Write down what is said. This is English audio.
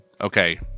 okay